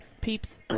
Peeps